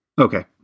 Okay